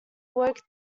woke